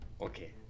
Okay